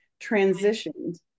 transitioned